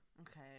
Okay